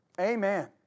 Amen